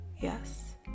yes